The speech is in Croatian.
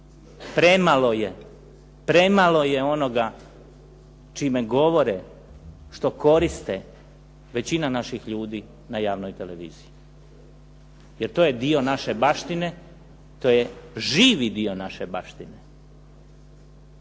Premalo je onoga čime govore, što koriste većina naših ljudi na javnoj televiziji. Jer to je dio naše baštine, to je živi dio naše baštine